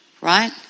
Right